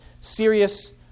serious